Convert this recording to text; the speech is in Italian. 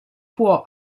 può